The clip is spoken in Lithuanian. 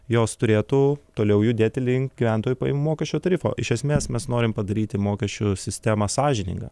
jos turėtų toliau judėti link gyventojų pajamų mokesčio tarifo iš esmės mes norim padaryti mokesčių sistemą sąžininga